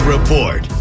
Report